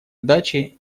дачи